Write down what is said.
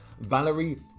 Valerie